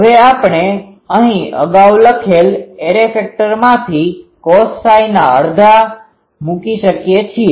હવે આપણે અહીં અગાઉ લખાયેલ એરે ફેક્ટરમાંથી cosΨના અડધા મૂકી શકીએ છીએ